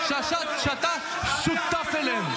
שאתה שותף להם,